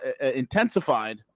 intensified